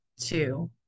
two